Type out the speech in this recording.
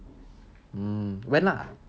mm when ah